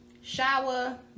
Shower